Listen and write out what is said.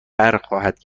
برخواهد